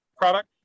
product